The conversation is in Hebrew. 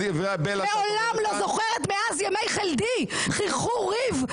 מעולם לא זוכרת מאז ימי חלדי חרחור ריב,